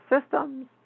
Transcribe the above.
systems